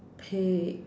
pig